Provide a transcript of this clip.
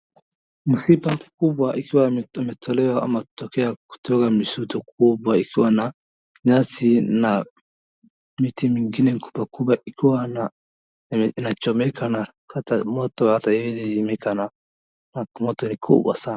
Msiba mkubwa ikiwa imetolewa tokea kutoka msitu kubwa ikiwa na nyasi na miti mingine kubwa kubwa ikiwa inachomeka na hata moto haiwezi zimika na moto ni kubwa sana.